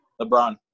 LeBron